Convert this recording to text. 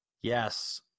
Yes